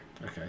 Okay